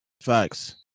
Facts